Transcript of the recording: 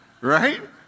Right